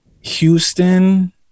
houston